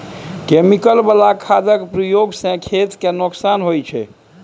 chemical बला खादक प्रयोग सँ खेत केँ नोकसान होइ छै